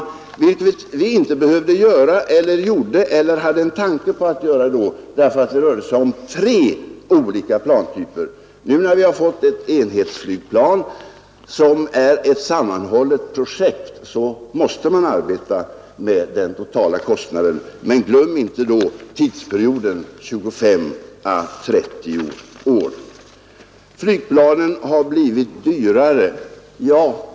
Det behövde vi inte göra då och hade inte en tanke på att göra det därför att det rörde sig om tre olika plantyper. Nu när vi har fått ett enhetsflygplan, som är ett sammanhållet projekt, måste vi arbeta med den totala kostnaden, men vi skall inte glömma bort att det rör sig om en tidsperiod av 25 å 30 år. Det är riktigt att flygplanen har blivit dyrare.